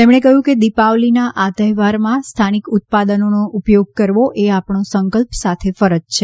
તેમણે કહ્યું છે કે દિપાવલીના આ તહેવારમાં સ્થાનિક ઉત્પાદનોનો ઉપયોગ કરવો એ આપણો સંકલ્પ સાથે ફરજ છે